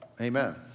Amen